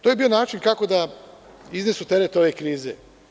To je bio način kako da iznesu teret ove krize.